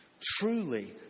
truly